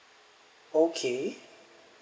okay